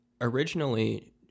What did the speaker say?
Originally